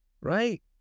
right